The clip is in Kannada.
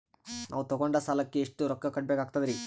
ನಾವು ತೊಗೊಂಡ ಸಾಲಕ್ಕ ಎಷ್ಟು ರೊಕ್ಕ ಕಟ್ಟಬೇಕಾಗ್ತದ್ರೀ?